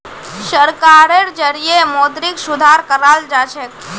सरकारेर जरिएं मौद्रिक सुधार कराल जाछेक